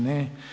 Ne.